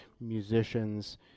musicians